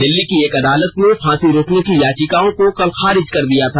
दिल्ली की एक अदालत ने फांसी रोकने की याचिकाओं को कल खारिज कर दिया था